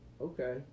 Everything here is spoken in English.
Okay